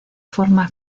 forma